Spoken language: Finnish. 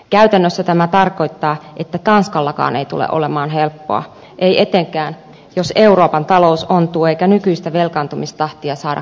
käytännössä tämä tarkoittaa että tanskallakaan ei tule olemaan helppoa ei etenkään jos euroopan talous ontuu eikä nykyistä velkaantumistahtia saada kuriin